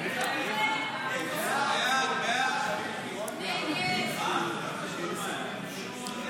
כהצעת